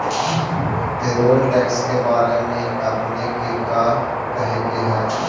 Payroll tax के बारे में आपने के का कहे के हेअ?